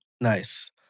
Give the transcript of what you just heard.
Nice